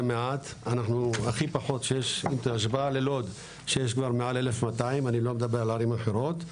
זה מעט בהשוואה ללוד שיש כבר מעל 1,200. אני לא מדבר על ערים אחרות.